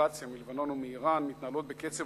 הפרובוקציה מלבנון ומאירן מתנהלות בקצב